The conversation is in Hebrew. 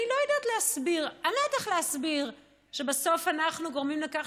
אני לא יודעת איך להסביר שבסוף אנחנו גורמים לכך